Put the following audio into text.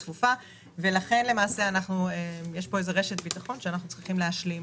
לכן יש פה איזו רשת ביטחון שאנחנו צריכים להשלים